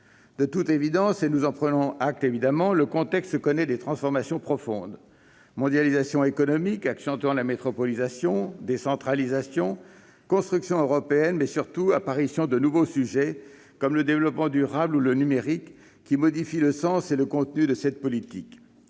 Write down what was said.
De toute évidence, et nous en prenons acte, le contexte connaît des transformations profondes : mondialisation économique accentuant la métropolisation, décentralisation, construction européenne. De nouveaux sujets apparaissent, comme le développement durable ou le numérique, qui modifient le sens et le contenu de cette politique.